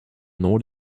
nor